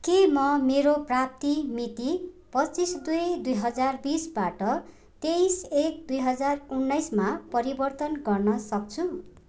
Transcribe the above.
के म मेरो प्राप्ति मिति पच्चिस दुई दुई हजार बिसबाट तेइस एक दुई हजार उन्नाइसमा परिवर्तन गर्न सक्छु